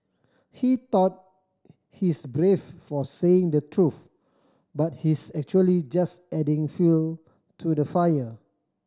he thought he's brave for saying the truth but he's actually just adding fuel to the fire